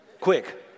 quick